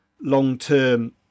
long-term